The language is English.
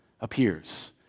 appears